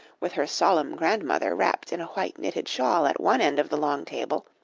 with her solemn grandmother wrapped in a white knitted shawl at one end of the long table,